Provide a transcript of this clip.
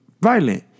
violent